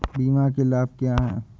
बीमा के लाभ क्या हैं?